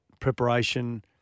preparation